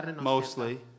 mostly